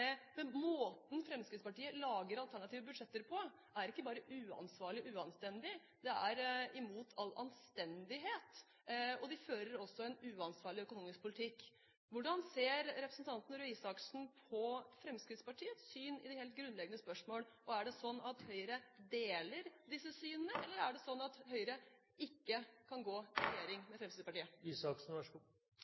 Måten Fremskrittspartiet lager alternative budsjetter på, er ikke bare uansvarlig og uanstandig, men det er imot all anstendighet. De fører også en uansvarlig økonomisk politikk. Hvordan ser representanten Røe Isaksen på Fremskrittspartiets syn i de helt grunnleggende spørsmål? Er det sånn at Høyre deler disse synene, eller er det sånn at Høyre ikke kan gå i regjering med Fremskrittspartiet?